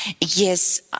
Yes